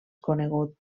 conegut